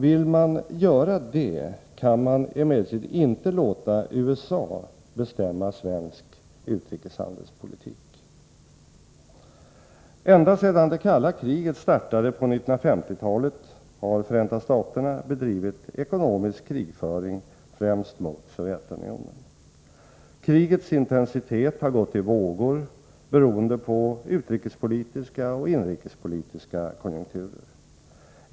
Vill man göra det, kan man emellertid inte låta USA bestämma svensk utrikeshandelspolitik. Ända sedan det kalla kriget startade på 1950-talet har Förenta staterna bedrivit ekonomisk krigföring främst mot Sovjetunionen. Krigets intensitet har gått i vågor beroende på utrikespolitiska och inrikespolitiska konjunkturer.